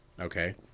Okay